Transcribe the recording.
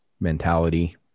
mentality